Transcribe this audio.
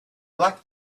black